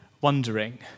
wondering